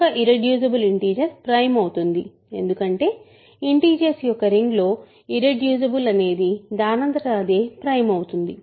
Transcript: ఒక irreducible integer prime అవుతుంది ఎందుకంటే ఇంటిజర్స్ యొక్క రింగ్లో ఇర్రెడ్యూసిబుల్ అనేది దానంతట అదే ప్రైమ్ అవుతుంది